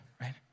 right